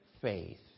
faith